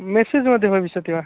मेश्शस् मध्ये भविष्यति वा